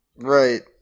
Right